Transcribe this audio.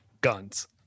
guns